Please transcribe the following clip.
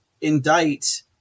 indict